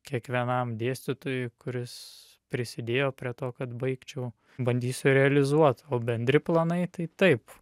kiekvienam dėstytojui kuris prisidėjo prie to kad baigčiau bandysiu realizuot o bendri planai tai taip